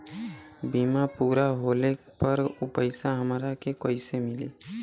बीमा पूरा होले पर उ पैसा हमरा के कईसे मिली?